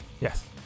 Yes